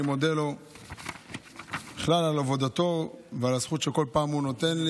נעבור לנושא הבא,